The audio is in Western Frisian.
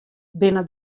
binne